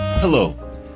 Hello